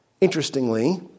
Interestingly